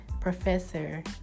professor